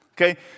Okay